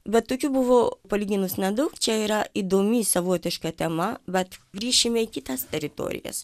bet tokių buvo palyginus nedaug čia yra įdomi savotiška tema bet grįšime į kitas teritorijas